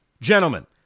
Gentlemen